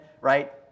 right